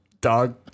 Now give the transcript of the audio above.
dog